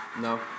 No